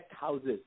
houses